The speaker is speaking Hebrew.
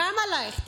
גם עלייך,